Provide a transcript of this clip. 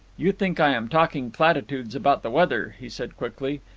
you think i am talking platitudes about the weather, he said quickly,